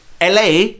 LA